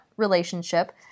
relationship